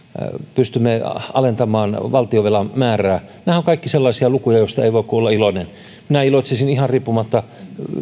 pystymme alentamaan valtionvelan määrää nämähän ovat kaikki sellaisia lukuja joista ei voi kuin olla iloinen minä iloitsisin ihan riippumatta